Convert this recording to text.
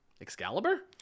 Excalibur